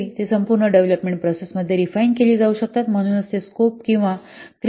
ते संपूर्ण development process मध्ये रिफाइन केले जाऊ शकतात म्हणूनच ते स्कोप किंवा क्रिप आणि ब्रेकेज मोजू शकते